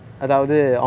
orh